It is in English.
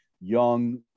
young